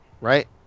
right